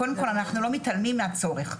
קודם כל אנחנו לא מתעלמים מהצורך.